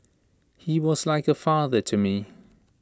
he was like A father to me